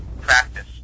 practice